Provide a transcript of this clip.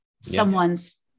someone's